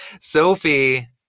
Sophie